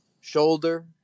shoulder